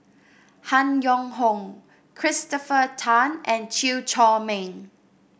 Han Yong Hong Christopher Tan and Chew Chor Meng